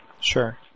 Sure